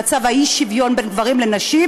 הצעה שתועיל למאות זוגות צעירים שרוצים לקנות דירות,